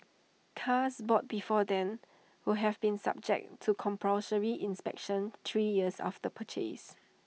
cars bought before then will have been subject to compulsory inspections three years after purchase